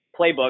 playbook